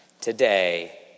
Today